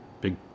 Big